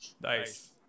nice